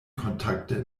kontakte